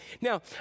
Now